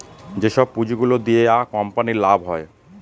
যেসব পুঁজি গুলো দিয়া কোম্পানির লাভ হয়